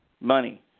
Money